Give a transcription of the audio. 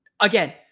Again